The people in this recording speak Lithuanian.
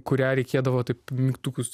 kurią reikėdavo taip mygtukus